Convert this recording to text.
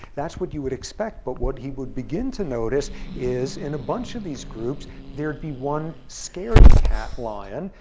that's what you would expect. but what he would begin to notice is, in a bunch of these groups, there'd be one scaredy cat lion,